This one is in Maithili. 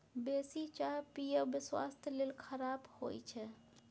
बेसी चाह पीयब स्वास्थ्य लेल खराप होइ छै